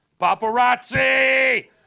paparazzi